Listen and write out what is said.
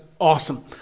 awesome